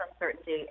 uncertainty